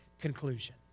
conclusion